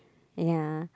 ya